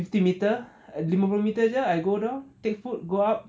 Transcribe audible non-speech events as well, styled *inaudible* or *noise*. fifty meter and *breath* lima puluh meter jer I go down take food go up